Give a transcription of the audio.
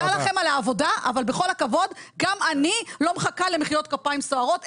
למצוא את הזכאות של אותו אדם שהופסקה לו הזכאות,